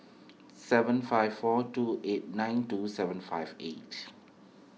seven five four two eight nine two seven five eight